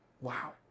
Wow